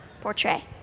portray